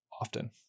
often